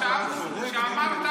בשביל מה צריך